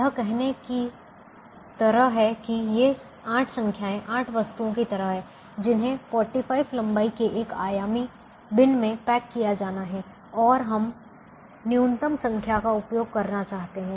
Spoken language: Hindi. यह कहने की तरह है कि ये 8 संख्याएँ 8 वस्तुओं की तरह हैं जिन्हें 45 लंबाई के एक आयामी बिन में पैक किया जाना है और हम न्यूनतम संख्या का उपयोग करना चाहते हैं